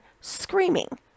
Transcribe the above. screaming